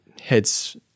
heads